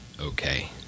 okay